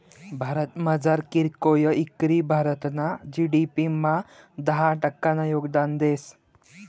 भारतमझार कीरकोय इकरी भारतना जी.डी.पी मा दहा टक्कानं योगदान देस